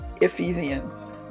Ephesians